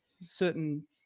certain